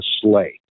sleigh